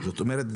זאת אומרת,